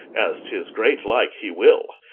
as tis great like he will,